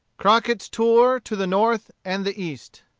crockett's tour to the north and the east.